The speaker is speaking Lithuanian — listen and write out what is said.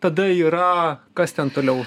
tada yra kas ten toliau